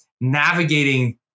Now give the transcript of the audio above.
navigating